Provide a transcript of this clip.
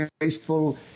wasteful